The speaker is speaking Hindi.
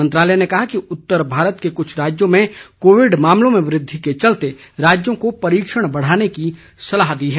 मंत्रालय ने कहा कि उत्तर भारत के कुछ राज्यों में कोविड मामलों में वृद्धि के चलते राज्यों को परीक्षण बढ़ाने की सलाह दी है